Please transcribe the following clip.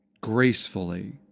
gracefully